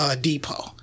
depot